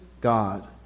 God